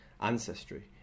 ancestry